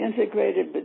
integrated